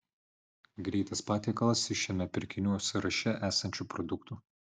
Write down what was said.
greitas patiekalas iš šiame pirkinių sąraše esančių produktų